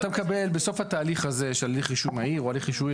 אתה מקבל בסוף התהליך הזה של הליך רישוי מהיר או הליך רישוי,